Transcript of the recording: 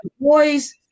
boys